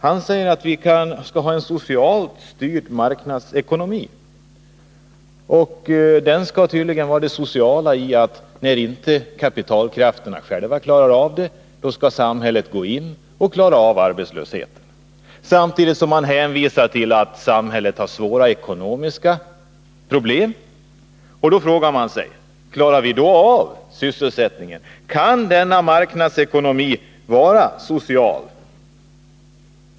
Han säger att vi skall ha en socialt styrd marknadsekonomi. Det sociala i denna skall uppenbarligen vara, att när kapitalkrafterna själva inte klara problemen, skall samhället gå in och avhjälpa arbetslösheten. Samtidigt hänvisas det till att samhället har svåra ekonomiska problem. Då frågar man sig: Klarar vi då av sysselsättningen? Kan denna marknadsekonomi vara social?